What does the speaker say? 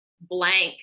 blank